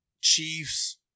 Chiefs